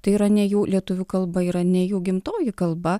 tai yra ne jų lietuvių kalba yra ne jų gimtoji kalba